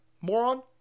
Moron